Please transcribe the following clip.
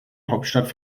hauptstadt